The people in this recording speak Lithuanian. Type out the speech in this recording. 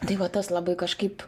tai va tas labai kažkaip